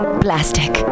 plastic